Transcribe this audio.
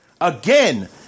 Again